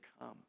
come